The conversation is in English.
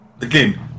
again